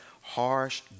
Harsh